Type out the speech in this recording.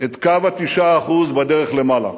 את קו ה-9% בדרך למעלה.